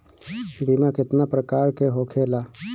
बीमा केतना प्रकार के होखे ला?